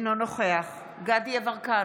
אינו נוכח דסטה גדי יברקן,